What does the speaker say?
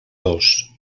dos